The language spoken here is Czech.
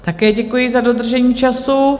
Také děkuji za dodržení času.